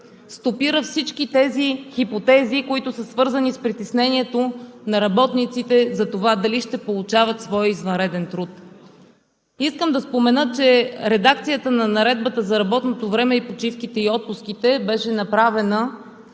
стопира всички тези хипотези, които са свързани с притеснението на работниците за това дали ще получават своя извънреден труд. Искам да спомена, че редакцията на Наредбата за работното време, почивките и отпуските беше направена